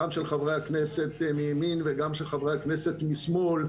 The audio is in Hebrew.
גם של חברי הכנסת מימין וגם של חברי הכנסת משמאל,